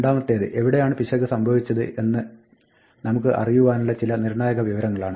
രണ്ടാമത്തേത് എവിടെയാണ് പിശക് സംഭവിച്ചത് എന്ന് നമുക്ക് അറിയുവാനുള്ള ചില നിർണ്ണയ വിവരങ്ങളാണ്